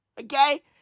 Okay